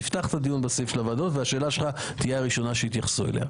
נפתח את הדיון בסעיף של הוועדות והשאלה שלך תהיה הראשונה שיתייחסו אליה.